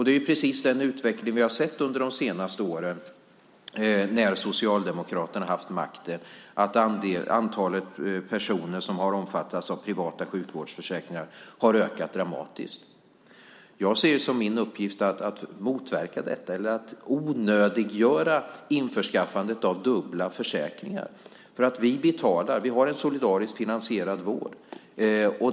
Det är precis den utveckling vi har sett under de senaste åren när Socialdemokraterna haft makten. Antalet personer som har omfattats av privata sjukvårdsförsäkringar har ökat dramatiskt. Jag ser det som min uppgift att motverka detta eller att onödiggöra införskaffandet av dubbla försäkringar. Vi har en solidariskt finansierad vård.